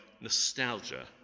nostalgia